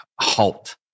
halt